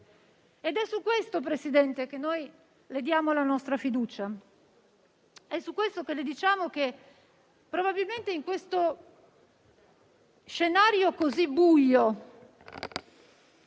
del Consiglio, che noi le diamo la nostra fiducia. È su questo che le diciamo che probabilmente in questo scenario così buio,